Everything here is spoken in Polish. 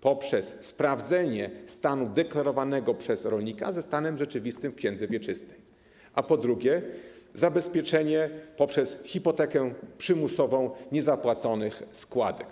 poprzez sprawdzenie stanu deklarowanego przez rolnika ze stanem rzeczywistym w księdze wieczystej, a po drugie, zabezpieczenie poprzez hipotekę przymusową niezapłaconych składek.